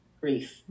grief